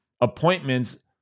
appointments